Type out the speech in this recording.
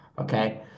Okay